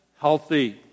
healthy